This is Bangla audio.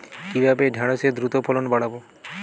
কিভাবে ঢেঁড়সের দ্রুত ফলন বাড়াব?